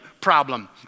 problem